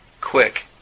Quick